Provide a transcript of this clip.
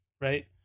right